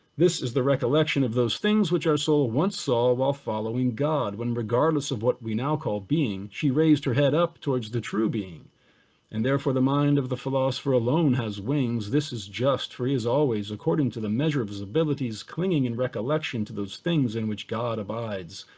this is the recollection of those things which our soul once saw while following god, when regardless of what we now call being, she raised her head up towards the true being and therefore the mind of the philosopher alone has wings, this is just, for he is always, according to the measure of his abilities, clinging in recollection to those things in which god abides.